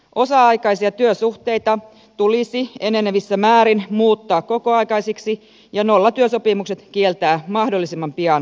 osa aikaisia työsuhteita tulisi enenevässä määrin muuttaa kokoaikaisiksi ja nollatyösopimukset kieltää mahdollisimman pian kokonaan